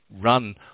run